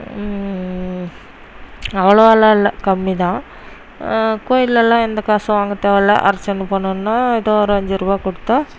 அவ்வளோவாலான் இல்லை கம்மி தான் கோயிலில் எல்லாம் எந்த காசும் வாங்க தேவை இல்லை அர்ச்சனை பண்ணணுன்னால் ஏதோ ஒரு அஞ்சு ருபா கொடுத்தா